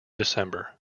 december